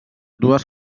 dues